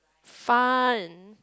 fun